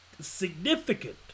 significant